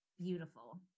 beautiful